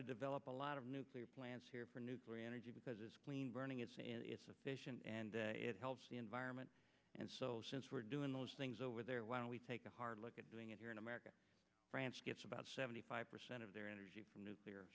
to develop a lot of nuclear plants here for nuclear energy because it's clean burning is sufficient and it helps the environment and so we're doing those things over there why don't we take a hard look at doing it here in america france gets about seventy five percent of their energy from nuclear